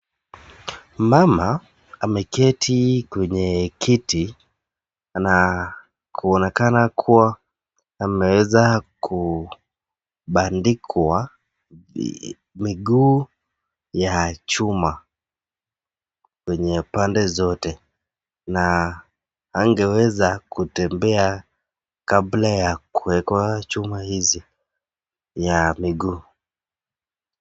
Mama ameketi kwenye kiti na kuonekana kuwa ameweza kubandikwa miguu ya chuma pande zote na hangeweza kutembea kabla ya kuwekwa chuma hizi ya miguu.